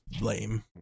lame